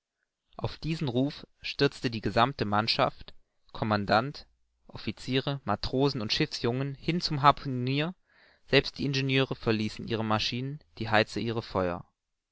auf diesen ruf stürzte die gesammte mannschaft commandant officiere matrosen und schiffsjungen hin zum harpunier selbst die ingenieure verließen ihre maschine die heizer ihr feuer